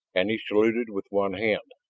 and he saluted with one hand.